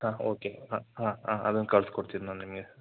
ಹಾಂ ಓಕೆ ಹಾಂ ಹಾಂ ಹಾಂ ಅದೊಂದು ಕಳಿಸ್ಕೊಡ್ತೀನಿ ನಾನು ನಿಮಗೆ